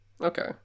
okay